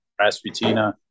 Rasputina